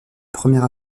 première